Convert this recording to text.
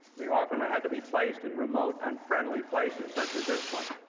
they often had to be placed in remote, unfriendly places, such as this one.